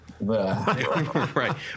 Right